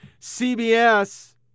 CBS